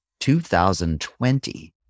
2020